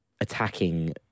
attacking